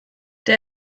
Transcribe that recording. der